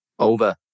over